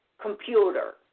computer